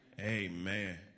amen